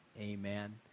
Amen